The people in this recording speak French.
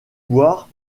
boire